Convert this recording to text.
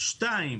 שנית,